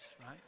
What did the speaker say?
right